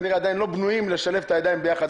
כנראה עדיין לא בנויים לשלב את הידיים ביחד,